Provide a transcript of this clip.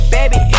Baby